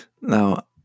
Now